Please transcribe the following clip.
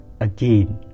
again